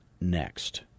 next